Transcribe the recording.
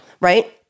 right